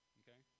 okay